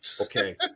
Okay